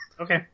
Okay